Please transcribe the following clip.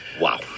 Wow